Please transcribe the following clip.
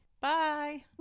Bye